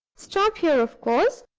stop here, of course.